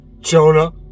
Jonah